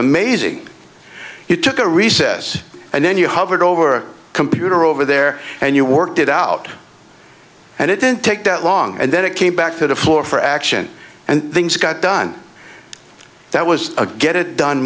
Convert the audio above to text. amazing he took a recess and then you hovered over a computer over there and you worked it out and it didn't take that long and then it came back to the floor for action and things got done that was a get it done